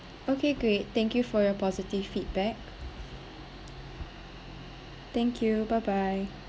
okay great thank you for your positive feedback thank you bye bye